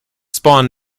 spawn